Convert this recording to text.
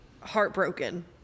heartbroken